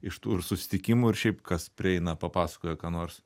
iš tų susitikimų ir šiaip kas prieina papasakoja ką nors